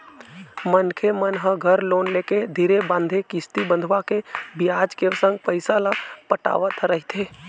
मनखे मन ह घर लोन लेके धीरे बांधे किस्ती बंधवाके बियाज के संग पइसा ल पटावत रहिथे